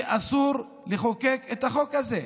שאסור לחוקק את החוק הזה.